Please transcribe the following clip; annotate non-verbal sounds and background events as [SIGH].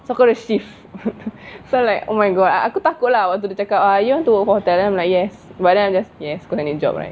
so kau ada shift [NOISE] so like oh my god aku takut lah waktu dia cakap ah you want to go hotel then I'm like yes but then I just yes cause I need job right